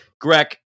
Greg